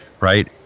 right